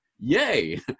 Yay